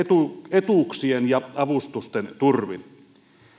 etuuksien ja avustusten turvin